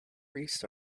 priests